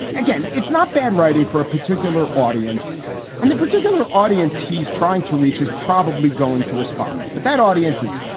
again, it's not bad writing for a particular audience and the particular audience he's trying to reach is probably going to respond, but that audiences,